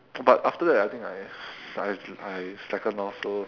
but after that I think I s~ I I slackened off so